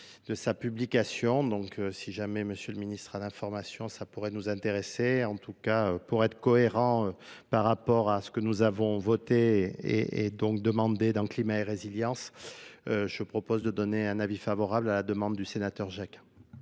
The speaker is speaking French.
de sa publication. Donc, si jamais M. le ministre de l'information, ça pourrait nous intéresser en tout cas pourrait être cohérents par rapport à ce que nous avons voté et donc demandé dans le climat et résilience euh je propose de donner un avis favorable à la demande du sénateur